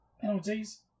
penalties